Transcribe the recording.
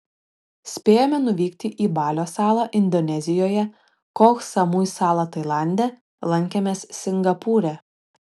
spėjome nuvykti į balio salą indonezijoje koh samui salą tailande lankėmės singapūre